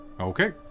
Okay